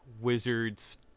Wizards